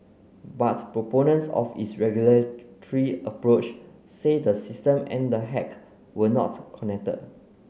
but proponents of its regulatory approach say the system and the hack were not connected